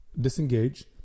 disengage